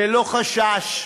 ללא חשש,